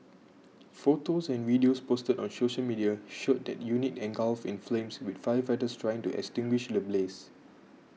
photos and videos posted on social media showed the unit engulfed in flames with firefighters trying to extinguish the blaze